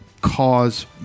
cause